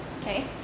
Okay